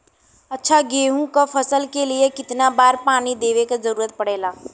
अच्छा गेहूँ क फसल के लिए कितना बार पानी देवे क जरूरत पड़ेला?